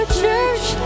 church